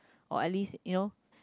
or at least you know